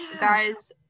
Guys